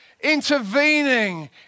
intervening